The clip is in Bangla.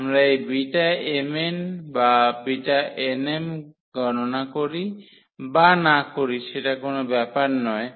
আমরা এই Bmn বা Bnm গণনা করি বা না করি সেটা কোন ব্যাপার নয়